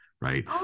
right